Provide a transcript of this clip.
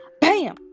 Bam